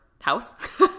house